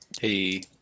hey